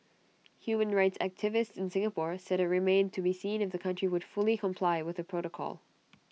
human rights activists in Singapore said IT remained to be seen if the country would fully comply with the protocol